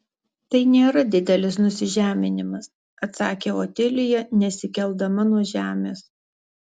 tai nėra didelis nusižeminimas atsakė otilija nesikeldama nuo žemės